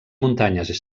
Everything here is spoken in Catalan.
muntanyes